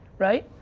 right?